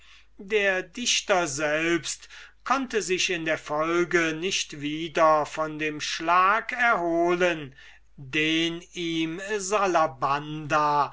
der dichter selbst konnte sich in der folge nicht wieder von dem schlag erholen den ihm